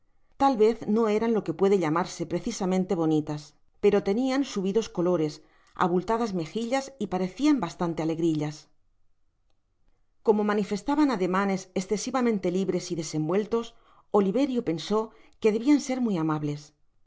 tal vez no eran lo que puede llamarse precisamente bonitas pero tenian subidos colores abultadas mejillas y parecian bastante alegrillas gomo manifestaban ademanes excesivamente libres y desenvueltos oliverio pensó que debian íinor muy amables